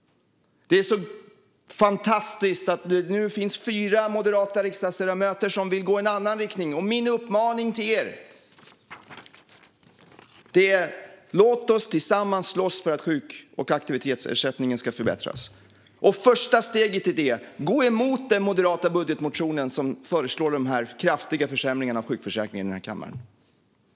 Det är fantastiskt att det nu finns fyra moderata riksdagsledamöter som vill gå i en annan riktning. Min uppmaning till er är: Låt oss tillsammans slåss för att sjuk och aktivitetsersättningen ska förbättras! Första steget är att gå emot den moderata budgetmotionen här i kammaren som föreslår de här kraftiga försämringarna av sjukförsäkringen.